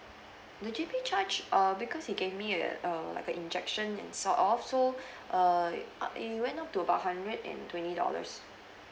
the G_P charge err because he gave me a uh like a injection and sort of so err it went up to about hundred and twenty dollars